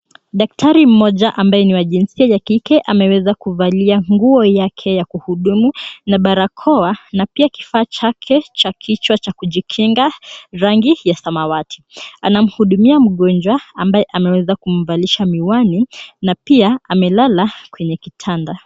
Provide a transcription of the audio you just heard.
Daktari mmoja ambaye ni wa jinsia ya kike ameweza kuvalia nguo yake ya kuhudumu na barakoa na pia kifaa chake cha kichwa cha kujikinga rangi ya samawati. Anamhudumia mgonjwa ambaye ameweza kumvalisha miwani na pia amelala kwenye kitanda.